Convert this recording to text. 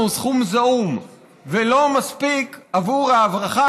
הוא סכום זעום ולא מספיק עבור ההברחה,